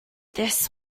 this